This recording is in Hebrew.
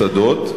במוסדות,